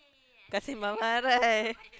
Kassim-Baba right